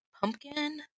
pumpkin